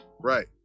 Right